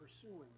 pursuing